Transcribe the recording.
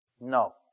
No